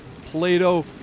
Plato